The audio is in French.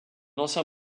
ancien